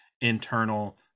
internal